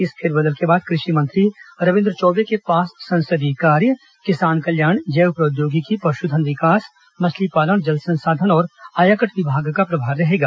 इस फेरबदल के बाद कृषि मंत्री रविन्द्र चौबे के पास संसदीय कार्य किसान कल्याण जैव प्रौद्योगिकी पशुधन विकास मछलीपालन जल संसाधन और आयाकट विभाग का प्रभार रहेगा